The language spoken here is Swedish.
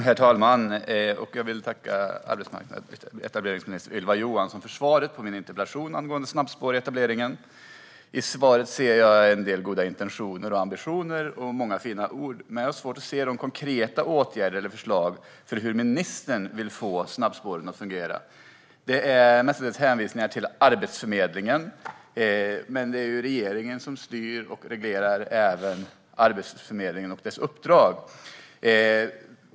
Herr talman! Jag vill tacka arbetsmarknads och etableringsminister Ylva Johansson för svaret på min interpellation angående snabbspårsetableringen. I svaret finns det en del goda intentioner, ambitioner och många fina ord, men jag har svårt att se några konkreta åtgärder eller förslag till hur ministern vill få snabbspåren att fungera. Det är mestadels hänvisningar till Arbetsförmedlingen, men det är ju regeringen som styr och reglerar Arbetsförmedlingens uppdrag.